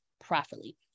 properly